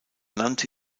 nannte